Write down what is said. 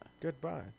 Goodbye